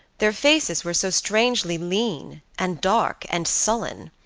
their faces were so strangely lean, and dark, and sullen.